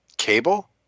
Cable